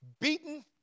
beaten